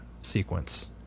sequence